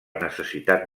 necessitat